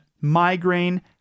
migraine